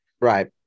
Right